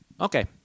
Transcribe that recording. Okay